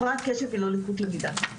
הפרעת קשב היא לא לקות למידה,